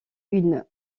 une